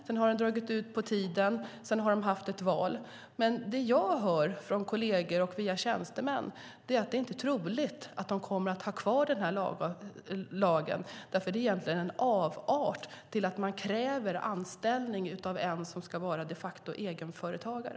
Den har dragit ut på tiden, och de har också haft val. Men det som jag hör från kolleger och via tjänstemän är att det inte är troligt att de kommer att ha kvar den här lagen, därför att den innebär egentligen en avart av krav på anställning av någon som de facto ska vara egenföretagare.